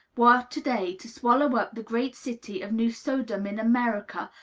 were to-day to swallow up the great city of new sodom in america,